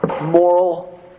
moral